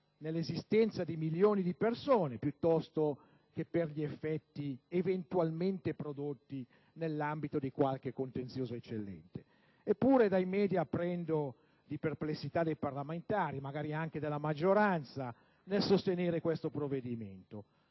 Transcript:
nell'esistenza di milioni di persone, piuttosto che per gli effetti eventualmente prodotti nell'ambito di qualche contenzioso eccellente. Eppure dai *media* apprendo di perplessità dei parlamentari, magari anche della maggioranza, nel sostenere questo provvedimento,